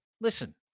listen